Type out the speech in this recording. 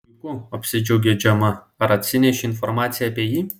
puiku apsidžiaugė džemą ar atsinešei informaciją apie jį